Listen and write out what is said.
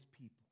people